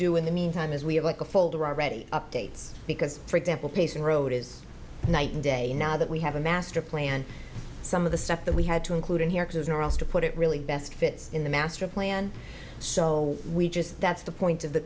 do in the meantime is we have like a folder already updates because for example pacing road is night and day you know that we have a master plan some of the stuff that we had to include in here because no one else to put it really best fits in the master plan so we just that's the point of the